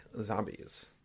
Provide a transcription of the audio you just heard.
Zombies